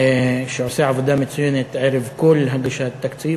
שעושה עבודה מצוינת ערב כל הגשת תקציב.